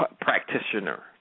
practitioner